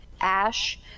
Ash